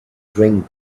drink